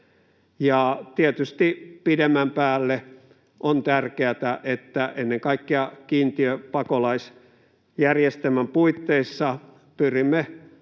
tietysti pidemmän päälle on tärkeätä, että ennen kaikkea kiintiöpakolaisjärjestelmän puitteissa pyrimme